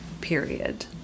Period